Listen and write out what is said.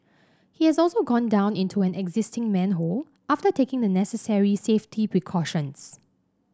he has also gone down into an existing manhole after taking the necessary safety precautions